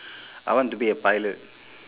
I want to be a pilot